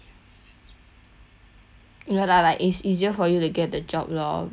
ya lah like it's easier for you to get the job lor ya that's why so I